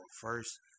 first